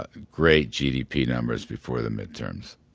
ah great gdp numbers before the midterms.